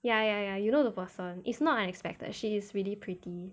ya ya ya you know the person is not unexpected she is really pretty